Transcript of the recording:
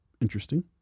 interesting